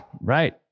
right